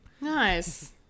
Nice